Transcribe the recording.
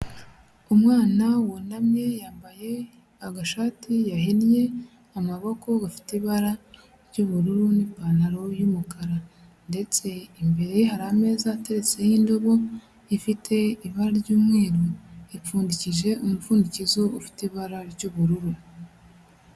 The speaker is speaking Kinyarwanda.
Umwana wunamye, yambaye agashati yahinnye amaboko gafite ibara ry'ubururu n'ipantaro y'umukara ndetse imbere hari ameza ateretseho indobo ifite ibara ry'umweru ipfundikije umupfundikizo ufite ibara ry'ubururu.